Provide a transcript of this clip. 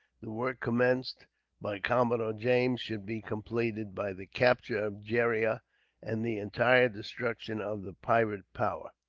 the work commenced by commodore james should be completed, by the capture of gheriah and the entire destruction of the pirate power.